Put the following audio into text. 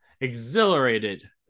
exhilarated